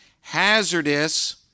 hazardous